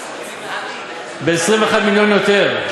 ב-21 מיליון יותר.